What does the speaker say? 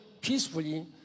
peacefully